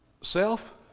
self